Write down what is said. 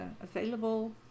available